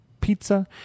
pizza